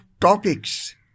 topics